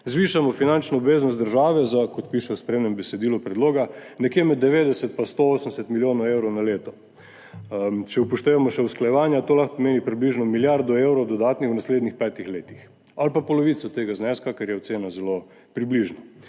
zvišamo finančno obveznost države za, kot piše v spremnem besedilu predloga, nekje med 90 in 180 milijoni evrov na leto. Če upoštevamo še usklajevanja, to lahko pomeni približno dodatno milijardo evrov v naslednjih petih letih ali pa polovico tega zneska, ker je ocena zelo približno.